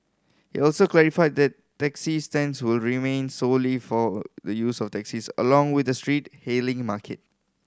he also clarified that taxi stands will remain solely for the use of taxis along with the street hailing market